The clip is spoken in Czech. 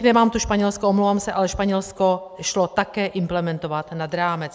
Nemám tu Španělsko, omlouvám se, ale Španělsko šlo také implementovat nad rámec.